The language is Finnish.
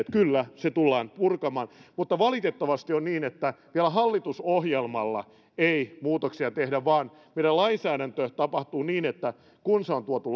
kyllä se tullaan purkamaan mutta valitettavasti on niin että vielä hallitusohjelmalla ei muutoksia tehdä vaan meidän lainsäädäntö tapahtuu niin että kun se kerran on tuotu